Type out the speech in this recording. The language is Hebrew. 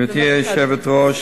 גברתי היושבת-ראש,